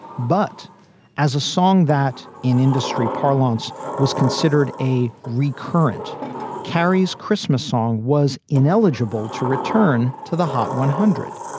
but as a song that in industry parlance was considered a recurrent karis christmas song was ineligible to return to the hot one hundred.